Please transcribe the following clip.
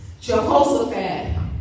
Jehoshaphat